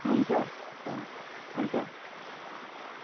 हुन्छ त्यसो भने हुन्छ